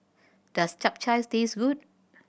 does Chap Chai taste good